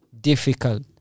Difficult